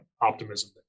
optimism